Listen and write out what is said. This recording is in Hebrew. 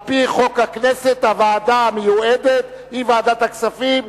על-פי חוק הכנסת הוועדה המיועדת היא ועדת הכספים.